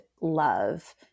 love